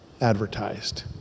advertised